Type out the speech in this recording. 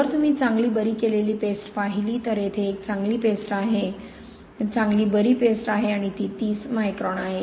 जर तुम्ही चांगली बरी केलेली पेस्ट पाहिली तर येथे एक चांगली बरी पेस्ट आहे आणि ती 30 मायक्रॉन आहे